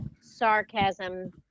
sarcasm